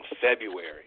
February